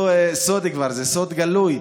סוד כבר, זה סוד גלוי,